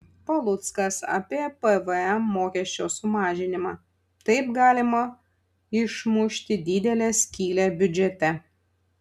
paluckas apie pvm mokesčio sumažinimą taip galima išmušti didelę skylę biudžete